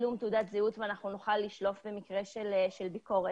יהיה את צילום תעודת הזהות ונוכל לשלוף במקרה של ביקורת.